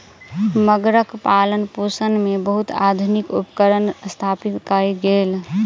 मगरक पालनपोषण मे बहुत आधुनिक उपकरण स्थापित कयल गेल